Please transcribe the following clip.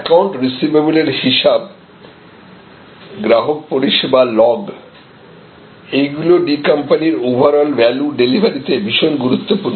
account receivable এর হিসাবগ্রাহক পরিষেবা লগ এইগুলি D কোম্পানির ওভারঅল ভ্যালু ডেলিভারিতে ভীষণ গুরুত্বপূর্ণ